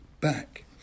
back